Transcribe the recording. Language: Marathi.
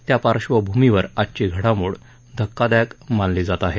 त्या पार्श्वभूमीवर आजची घडामोड धक्कादायक मानली जात आहे